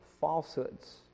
falsehoods